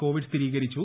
Covid സ്ഥിരീകരിച്ചു